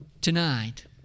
Tonight